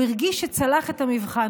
הוא הרגיש שצלח את המבחן.